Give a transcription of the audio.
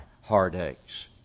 heartaches